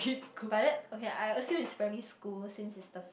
by that okay I assume is primary school since is the